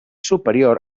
superior